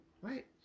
Right